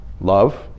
love